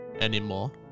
anymore